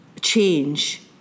change